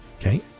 Okay